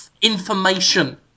information